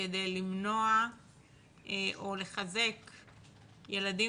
כדי לחזק ילדים